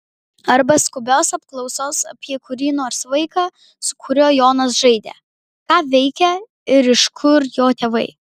arba skubios apklausos apie kurį nors vaiką su kuriuo jonas žaidė ką veikia ir iš kur jo tėvai